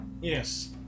yes